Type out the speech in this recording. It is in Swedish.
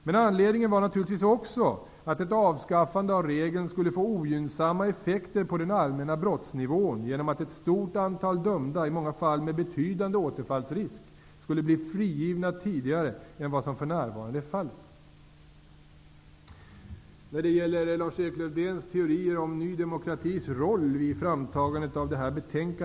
Men anledningen var naturligtvis också att ett avskaffande av regeln skulle få ogynnsamma effekter på den allmänna brottsnivån genom att ett stort antal dömda, i många fall med betydande återfallsrisk, skulle bli frigivna tidigare än vad som för närvarande är fallet.